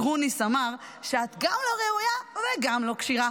גרוניס אמר שאת גם לא ראויה וגם לא כשירה,